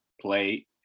play